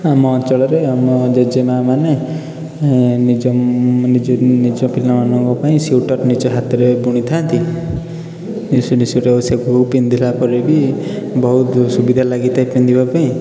ଆମ ଅଞ୍ଚଳରେ ଆମ ଜେଜେମାମାନେ ନିଜ ପିଲାମାନଙ୍କ ପାଇଁ ସ୍ଵିଟର୍ ନିଜ ହାତରେ ବୁଣିଥାନ୍ତି ସେ ପୁଅ ପିନ୍ଧିଲା ପରେ ବି ବହୁତ ସୁବିଧା ଲାଗିଥାଏ ପିନ୍ଧିବା ପାଇଁ